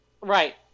Right